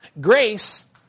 Grace